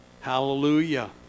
Hallelujah